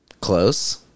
Close